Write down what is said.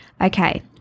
okay